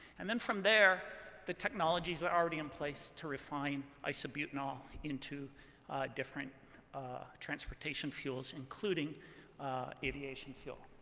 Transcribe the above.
and then from there, the technologies are already in place to refine isobutanol into different transportation fuels, including aviation fuel.